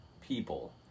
people